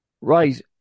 Right